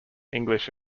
english